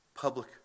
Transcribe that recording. public